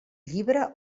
llibre